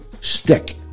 Stick